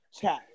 chat